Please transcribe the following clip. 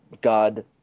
God